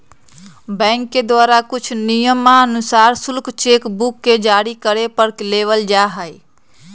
bank के द्वारा कुछ नियमानुसार शुल्क चेक बुक के जारी करे पर लेबल जा हई